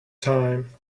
time